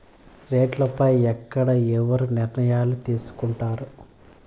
రేట్లు పై ఎక్కడ ఎవరు నిర్ణయాలు తీసుకొంటారు?